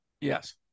Yes